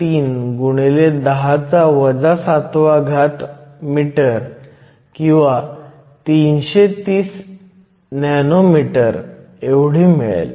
3 x 10 7 m किंवा 330 nm एवढी मिळेल